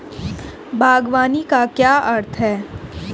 बागवानी का क्या अर्थ है?